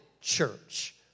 church